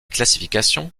classifications